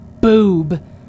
Boob